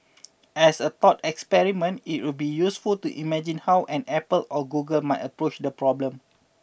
as a thought experiment it would be useful to imagine how an Apple or Google might approach the problem